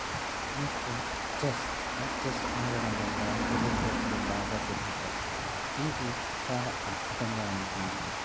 next chess ఈ chess ఆడడం వల్ల తెలివి తేటలు బాగా పెరుగుతాయి ఇది చాలా అద్భుతంగా ఉంటుంది